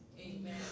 Amen